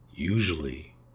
Usually